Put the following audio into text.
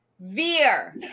Veer